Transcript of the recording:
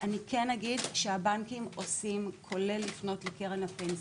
אני כן אגיד שהבנקים פונים לקרן הפנסיה,